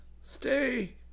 stay